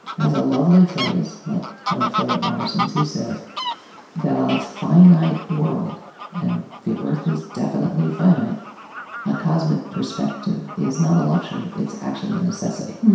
has a lovely phrase like one of philip morrison's. he says that on a finite world and the earth is definitely finite a cosmic perspective is not a luxury, it's actually a necessity.